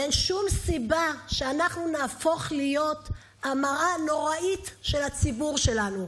ואין שום סיבה שאנחנו נהפוך להיות המראה הנוראית של הציבור שלנו.